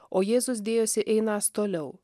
o jėzus dėjosi einąs toliau